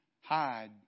hide